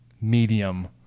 medium